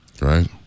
Right